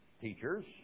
teachers